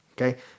okay